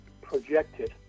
projected